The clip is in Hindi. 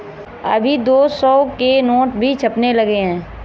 अभी दो सौ के नोट भी छपने लगे हैं